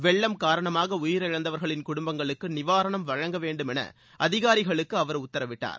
வெள்ளம் காரணமாக உயிரிழந்தவர்களின் குடும்பங்களுக்கு நிவாரணம் வழங்க வேண்டும் என அதிகாரிகளுக்கு அவர் உத்தரவிட்டார்